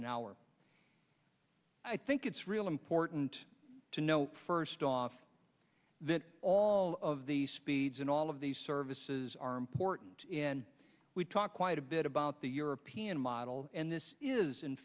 an hour i think it's real important to note first off that all of the speeds in all of these services are important and we talk quite a bit about the european model and this is in